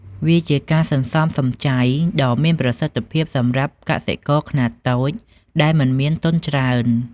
វាជាការសន្សំសំចៃដ៏មានប្រសិទ្ធភាពសម្រាប់កសិករខ្នាតតូចដែលមិនមានទុនច្រើន។